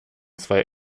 zwei